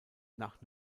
nach